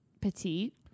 petite